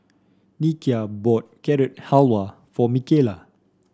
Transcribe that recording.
Nikia bought Carrot Halwa for Mikala